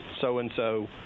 so-and-so